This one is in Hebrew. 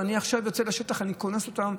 אני עכשיו יוצא לשטח וקונס אותם.